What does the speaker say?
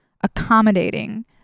accommodating